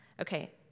Okay